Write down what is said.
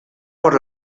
por